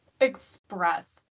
express